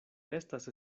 estas